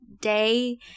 day